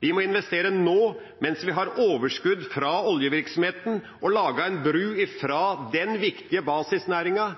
Vi må investere nå – mens vi har overskudd fra oljevirksomheten – og lage en bro fra den viktige basisnæringen